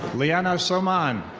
leana soman.